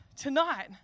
tonight